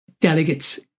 delegates